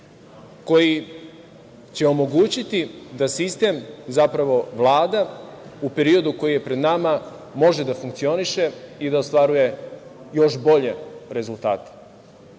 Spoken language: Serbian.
koji će omogućiti da sistem, zapravo, Vlada, u periodu koji je pred nama, može da funkcioniše i da ostvaruje još bolje rezultate. Mislim